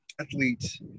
athletes